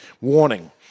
warning